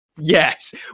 Yes